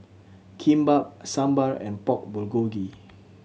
Kimbap Sambar and Pork Bulgogi